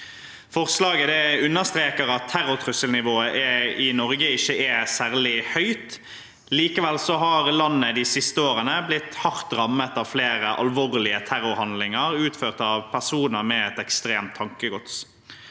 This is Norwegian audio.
Forslaget understreker at terrortrusselnivået i Norge ikke er særlig høyt. Likevel har landet de siste årene blitt hardt rammet av flere alvorlige terrorhandlinger, utført av personer med et ekstremt tankegods.